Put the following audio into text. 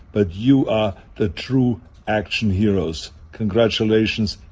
but you are the true action heroes. congratulations,